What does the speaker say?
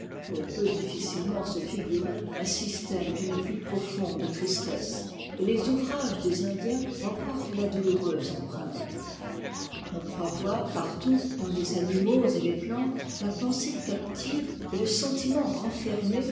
l'on peut difficilement se figurer un système d'une plus profonde tristesse et les ouvrages des indiens en portent la douloureuse empreinte on croit voir partout dans les animaux et les plantes la pensée captive et le sentiment